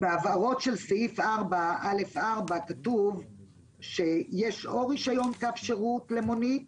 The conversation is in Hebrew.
בהבהרות של סעיף א(4) כתוב שיש או רישיון קו שירות למונית